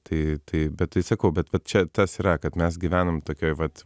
tai tai bet tai sakau bet va čia tas yra kad mes gyvenam tokioj vat